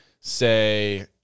say